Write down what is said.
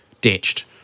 ditched